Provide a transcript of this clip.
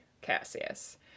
Cassius